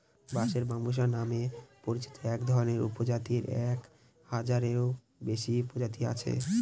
বাঁশের ব্যম্বুসা নামে পরিচিত একধরনের উপপ্রজাতির এক হাজারেরও বেশি প্রজাতি আছে